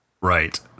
Right